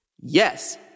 Yes